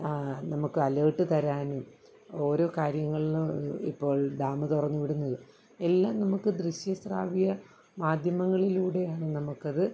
നമുക്ക് അലേട്ട് തരാനും ഓരോ കാര്യങ്ങളിലും ഇപ്പോൾ ഡാം തുറന്നുവിടുന്നത് എല്ലാം നമുക്ക് ദൃശ്യ ശ്രാവ്യ മാധ്യമങ്ങളിലൂടെയാണ് നമുക്കത്